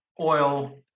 oil